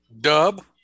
Dub